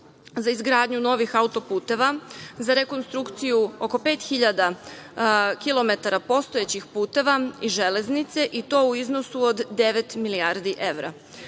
za izgradnju novih autoputeva, za rekonstrukciju oko 5.000 kilometara postojećih puteva i železnice i to u iznosu od 9.000.000.000 evra.